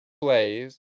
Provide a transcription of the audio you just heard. plays